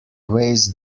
weighs